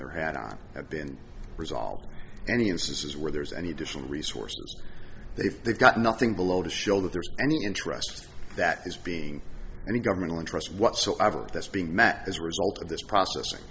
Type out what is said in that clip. their hand on have been resolved any instances where there's any additional resources they've they've got nothing below to show that there's any interest that is being any governmental interest whatsoever that's being met as a result of this process